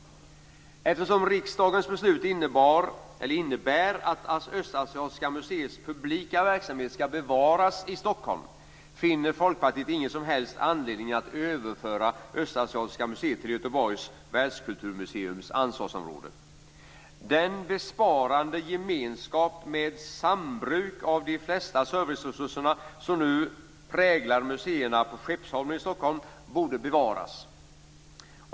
Eftersom riksdagens beslut innebär att Östasiatiska museets publika verksamhet skall bevaras i Stockholm finner Folkpartiet ingen som helst anledning att överföra Östasiatiska museet till Göteborgs världskulturmuseums ansvarsområde. Den besparande gemenskap med sambruk av de flesta serviceresurserna som nu präglar museerna på Skeppsholmen i Stockholm borde bevaras.